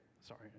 sorry